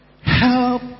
help